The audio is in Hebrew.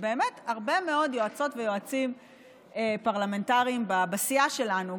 ובאמת הרבה מאוד יועצות ויועצים פרלמנטריים בסיעה שלנו,